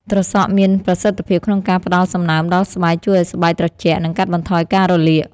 ត្រសក់មានប្រសិទ្ធភាពក្នុងការផ្តល់សំណើមដល់ស្បែក ជួយឲ្យស្បែកត្រជាក់ និងកាត់បន្ថយការរលាក។